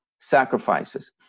sacrifices